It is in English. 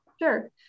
Sure